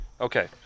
Okay